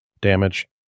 damage